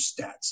stats